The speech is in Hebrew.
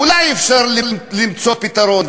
אולי אפשר למצוא פתרון?